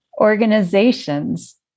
organizations